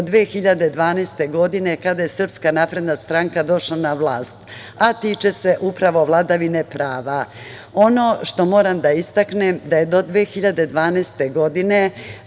2012. godine kada je SNS došla na vlast, a tiče se upravo vladavine prava. Ono što moram da istaknem da je do 2012. godine